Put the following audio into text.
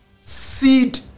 seed